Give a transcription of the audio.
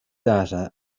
data